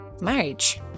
marriage